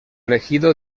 elegido